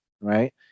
right